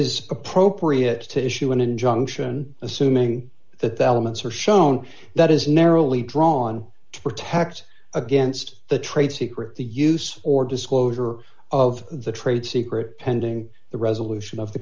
is appropriate to issue an injunction assuming that the elements are shown that is narrowly drawn to protect against the trade secret the use or disclosure of the trade secret pending the resolution of the